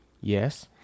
Yes